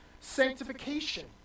sanctification